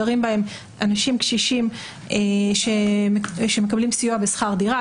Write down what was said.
גרים בהן אנשים קשישים שמקבלים סיוע בשכר דירה.